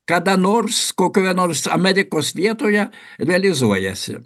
kada nors kokioje nors amerikos vietoje realizuojasi